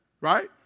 Right